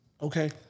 okay